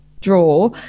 draw